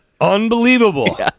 unbelievable